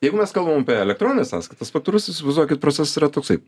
jeigu mes kalbam apie elektronines e sąskaitas faktūras įsivaizduokit procesas yra toksai